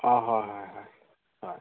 অঁ হয় হয় হয় হয়